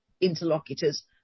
interlocutors